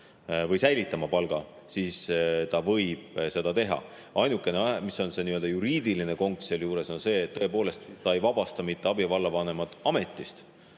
või säilitama palga, siis ta võib seda teha. Ainukene nii-öelda juriidiline konks sealjuures on see, et tõepoolest, [seadusega] ei vabasta mitte abivallavanemat ametist,